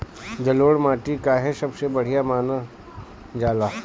जलोड़ माटी काहे सबसे बढ़िया मानल जाला?